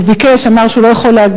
הוא ביקש, אמר שהוא לא יכול להגיע.